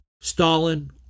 Stalin